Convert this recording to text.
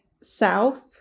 south